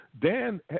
Dan